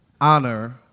Honor